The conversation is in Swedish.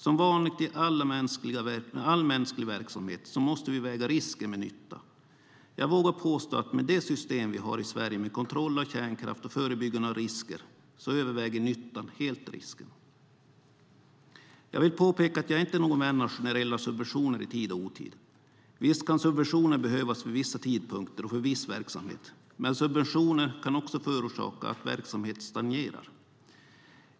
Som vanligt i all mänsklig verksamhet måste vi väga risken mot nyttan. Jag vågar påstå att med det system vi har i Sverige med kontroll av kärnkraft och förebyggande av risker så överväger nyttan helt risken. Jag vill påpeka att jag inte är någon vän av generella subventioner i tid och otid. Visst kan subventioner behövas vid vissa tidpunkter och för viss verksamhet, men subventioner kan också förorsaka att verksamhet stagnerar.